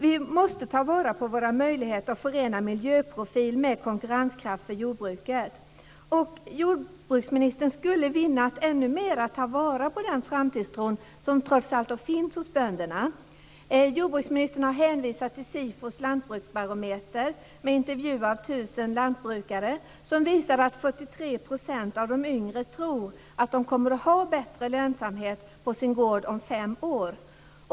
Vi måste ta vara på våra möjligheter att förena miljöprofil med konkurrenskraft för jordbruket. Jordbruksministern skulle vinna på att ännu mera ta vara på den framtidstro som trots allt finns hos bönderna. Jordbruksministern har hänvisat till Sifos lantbruksbarometer med intervjuer med 1 000 lantbrukare, som visar att 43 % av de yngre tror att de kommer att ha bättre lönsamhet på sin gård om fem år.